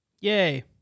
Yay